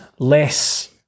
Less